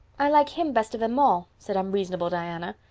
i like him best of them all, said unreasonable diana.